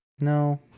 No